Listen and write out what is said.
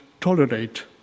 tolerate